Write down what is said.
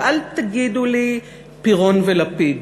ואל תגידו לי פירון ולפיד,